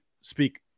speak